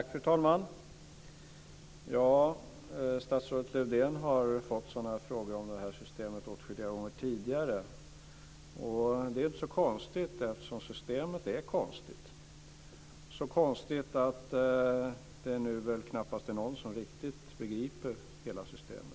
Fru talman! Statsrådet Lövdén har tidigare åtskilliga gånger fått sådana här frågor om detta system och det är inte så konstigt eftersom systemet är konstigt. Det är så konstigt att det väl knappast finns någon som riktigt begriper hela systemet.